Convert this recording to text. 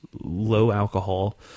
low-alcohol